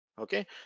okay